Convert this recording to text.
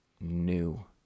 new